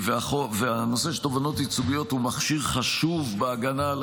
הנושא של תובענות ייצוגיות הוא מכשיר חשוב בהגנה על